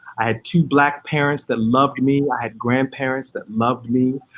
i had two black parents that loved me, i had grandparents that loved me.